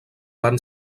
van